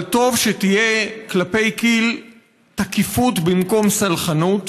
אבל טוב שתהיה כלפי כי"ל תקיפות במקום סלחנות,